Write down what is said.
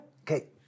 okay